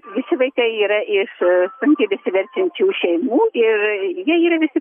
visi vaikai yra iš sunkiai besiverčiančių šeimų ir jie yra visi